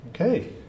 Okay